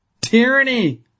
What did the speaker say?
tyranny